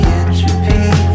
entropy